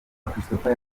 christopher